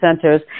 centers